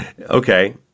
Okay